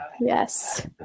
Yes